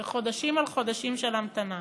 וחודשים על חודשים של המתנה.